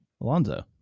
Alonzo